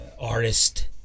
artist